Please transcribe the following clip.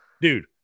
Dude